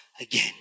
again